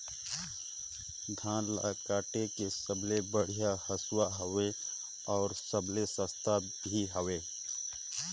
धान ल काटे के सबले बढ़िया हंसुवा हवये? अउ सबले सस्ता भी हवे?